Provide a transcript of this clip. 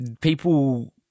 people